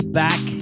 back